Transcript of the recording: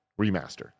Remaster